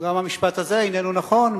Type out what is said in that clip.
גם המשפט הזה איננו נכון,